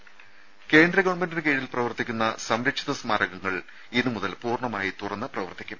രുമ കേന്ദ്ര ഗവൺമെന്റിന് കീഴിൽ പ്രവർത്തിക്കുന്ന സംരക്ഷിത സ്മാരകങ്ങൾ ഇന്നുമുതൽ പൂർണ്ണമായി തുറന്ന് പ്രവർത്തിക്കും